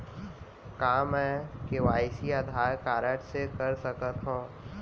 का मैं KYC Aadhaar card से कर सकत हो?